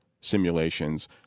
simulations